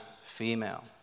female